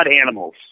animals